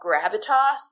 gravitas